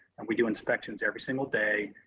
and we do inspections every single day.